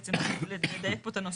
בעצם צריך לדייק פה את הנוסח.